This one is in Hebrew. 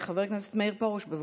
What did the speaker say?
חבר הכנסת מאיר פרוש, בבקשה.